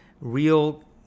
real